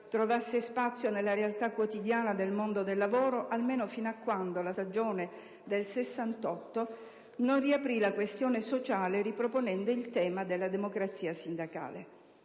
trovasse spazio nella realtà quotidiana del mondo del lavoro, almeno fino a quando la stagione del '68 non riaprì la questione sociale riproponendo il tema della democrazia sindacale.